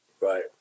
Right